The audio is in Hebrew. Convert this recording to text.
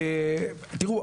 תיראו,